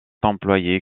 employé